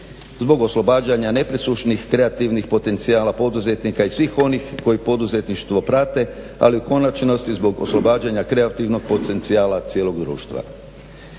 Zbog oslobađanja nepresušnih kreativnih potencijala, poduzetnika i svih onih koji poduzetništvo prate ali u konačnosti zbog oslobađanja kreativnog potencijala cijelog društva.